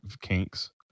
kinks